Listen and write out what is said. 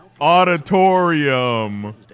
auditorium